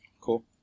Cool